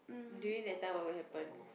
during that time what will happen